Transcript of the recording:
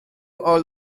all